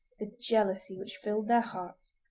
the jealousy which filled their hearts.